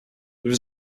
there